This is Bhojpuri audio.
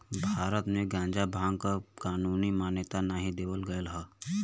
भारत में गांजा भांग क कानूनी मान्यता नाही देवल गयल हौ